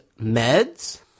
Meds